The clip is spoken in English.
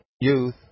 youth